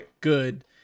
good